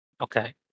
Okay